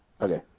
Okay